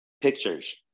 pictures